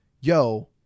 Yo